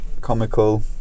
comical